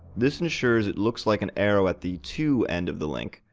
this ensures it looks like an arrow at the to end of the link,